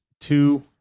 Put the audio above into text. two